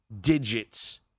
digits